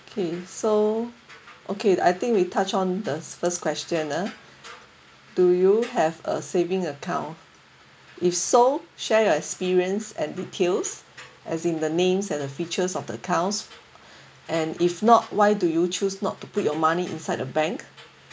okay so okay I think we touch on the first question do you have a saving account if so share your experience and details as in the names and the features of the accounts and if not why do you choose not to put your money inside the bank